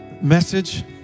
message